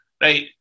right